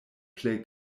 plej